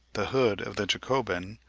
the hood of the jacobin,